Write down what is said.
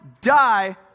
die